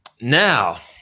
Now